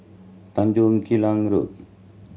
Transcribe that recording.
Tanjong Klang Road